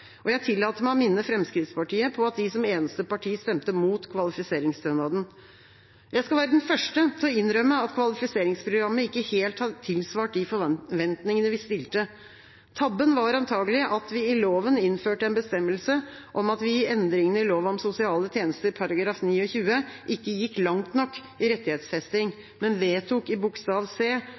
arbeid. Jeg tillater meg å minne Fremskrittspartiet på at de som eneste parti stemte mot kvalifiseringsstønaden. Jeg skal være den første til å innrømme at kvalifiseringsprogrammet ikke helt har tilsvart de forventningene vi stilte. Tabben var antakelig at vi i loven innførte en bestemmelse om at vi i endringene i lov om sosiale tjenester § 29 ikke gikk langt nok i rettighetsfesting, men vedtok i bokstav c: